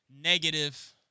negative